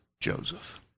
Joseph